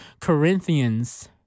Corinthians